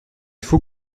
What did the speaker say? faut